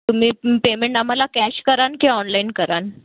तुम्ही पेमेंट आम्हाला कॅश करान की ऑनलाईन करान